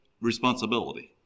responsibility